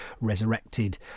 resurrected